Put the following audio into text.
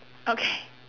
okay